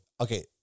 okay